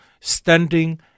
standing